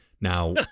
Now